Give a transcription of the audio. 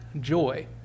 joy